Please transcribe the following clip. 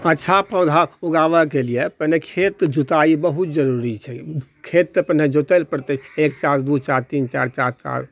अच्छा पौधा उगाबऽके लिए पहिने खेत जुताइ बहुत जरूरी छै खेत तऽ पहिने जुतल पड़तै एक साल दू साल तीन चारि साल